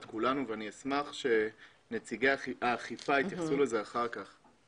כולנו ואשמח שנציגי האכיפה יתייחסו לזה אחר כך.